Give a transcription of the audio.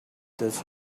this